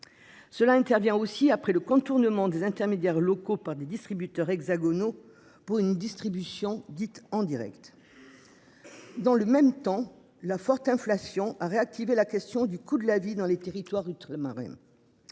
Cela intervient aussi après le contournement des intermédiaires locaux par des distributeurs hexagonaux. Pour une distribution dite en Direct. Dans le même temps la forte inflation à réactiver la question du coût de la vie dans les territoires ultramarins.